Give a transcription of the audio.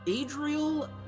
Adriel